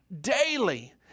daily